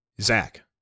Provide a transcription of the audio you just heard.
Zach